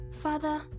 father